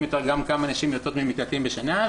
יותר גם כמה נשים יוצאות ממקלטים בשנה,